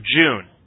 June